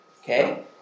Okay